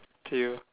thank you